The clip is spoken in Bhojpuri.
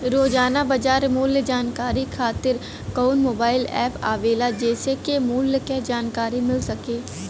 रोजाना बाजार मूल्य जानकारी खातीर कवन मोबाइल ऐप आवेला जेसे के मूल्य क जानकारी मिल सके?